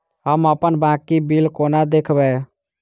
हम अप्पन बाकी बिल कोना देखबै?